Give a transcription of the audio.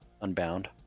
Unbound